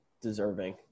deserving